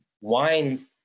wine